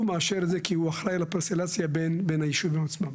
הוא מאשר את זה כי הוא אחראי לפרצלציה בין היישובים עצמם.